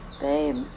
babe